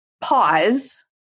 pause